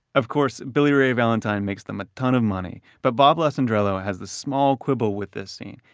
of course, billy ray valentine makes them a ton of money but bob lassandrello has this small quibble with this scene.